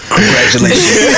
Congratulations